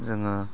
जोङो